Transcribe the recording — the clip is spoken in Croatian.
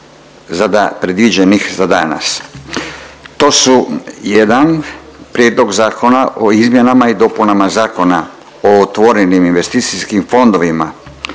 regulacije. Kada govorimo o prijedlogu Zakona o izmjenama i dopunama Zakona o otvorenim investicijskim fondovima